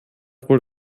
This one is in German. wohl